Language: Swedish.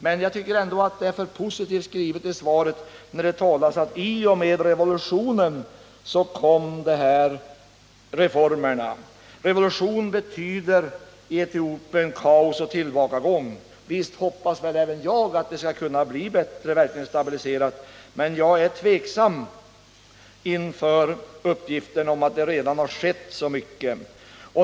Men jag tycker att det är alltför positivt när utrikesministern i sitt svar talar om att i och med revolutionen kom reformerna. Revolution betyder i Etiopien kaos och tillbakagång. Visst hoppas även jag att det skall kunna bli bättre och att läget verkligen skall kunna stabiliseras, men jag är tveksam inför uppgiften om att det redan har skett så mycket.